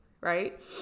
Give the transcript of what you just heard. right